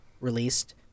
released